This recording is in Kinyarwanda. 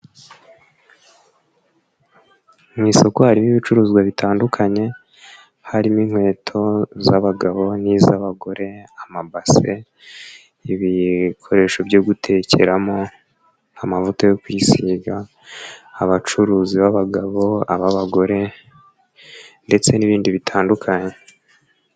Mu isoko harimo ibicuruzwa bitandukanye. Harimo: inkweto z'abagabo n'iz'abagore, amabase, ibikoresho byo gutekeramo, amavuta yo kwisiga, abacuruzi b'abagabo, ab'abagore ndetse n'ibindi bitandukanye.